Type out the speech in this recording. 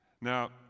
Now